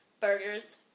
burgers